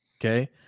Okay